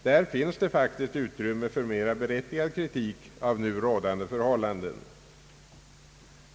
Där finns det faktiskt utrymme för mera berättigad kritik av nu rådande förhållanden.